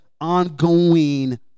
ongoing